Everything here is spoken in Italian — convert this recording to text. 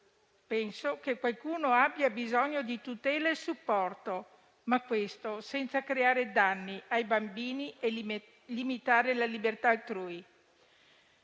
Penso che qualcuno abbia bisogno di tutele e supporto, ma questo senza creare danni ai bambini e limitare la libertà altrui.